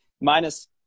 minus